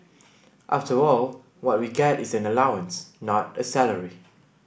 after all what we get is an allowance not a salary